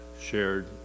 shared